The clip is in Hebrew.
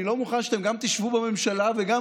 אני לא מוכן שאתם גם תשבו בממשלה וגם